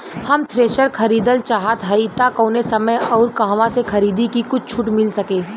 हम थ्रेसर खरीदल चाहत हइं त कवने समय अउर कहवा से खरीदी की कुछ छूट मिल सके?